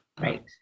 Right